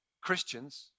Christians